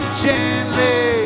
gently